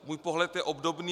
Můj pohled je obdobný.